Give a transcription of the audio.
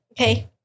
Okay